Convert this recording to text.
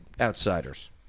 outsiders